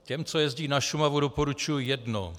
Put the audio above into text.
Těm, co jezdí na Šumavu, doporučuji jedno.